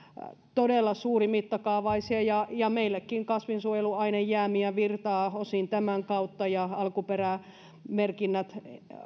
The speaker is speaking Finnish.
todella suurimittakaavaisia ja ja meillekin kasvinsuojeluainejäämiä virtaa osin tämän kautta ja alkuperämerkinnät